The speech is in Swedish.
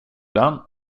den